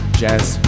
jazz